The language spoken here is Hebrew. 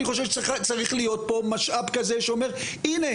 אני חושב שצריך להיות פה משאב כזה שאומר הנה,